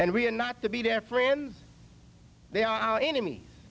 and we are not to be their friends they are our enem